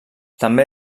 també